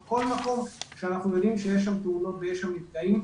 או כל מקום שאנחנו יודעים שיש שם פעילות ויש שם נפגעים,